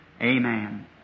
Amen